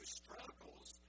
struggles